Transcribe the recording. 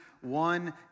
one